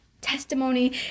testimony